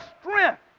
strength